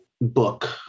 Book